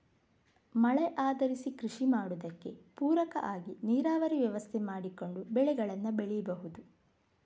ಮಳೆ ಆಧರಿಸಿ ಕೃಷಿ ಮಾಡುದಕ್ಕೆ ಪೂರಕ ಆಗಿ ನೀರಾವರಿ ವ್ಯವಸ್ಥೆ ಮಾಡಿಕೊಂಡು ಬೆಳೆಗಳನ್ನ ಬೆಳೀಬಹುದು